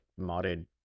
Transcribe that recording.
modded